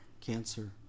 Cancer